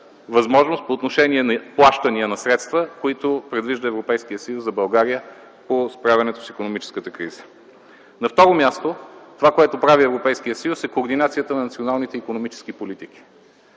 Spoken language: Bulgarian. възможност по отношение на плащания на средства, които Европейският съюз предвижда за България по справянето с икономическата криза. На второ място, това, което прави Европейският съюз, е координацията на националните икономически политики.